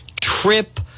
trip